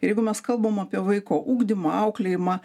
ir jeigu mes kalbam apie vaiko ugdymą auklėjimą